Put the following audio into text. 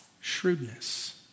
Shrewdness